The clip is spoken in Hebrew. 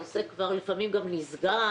הנושא כבר לפעמים נסגר.